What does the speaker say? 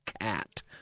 Cat